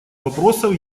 вопросов